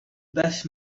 best